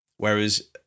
Whereas